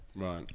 right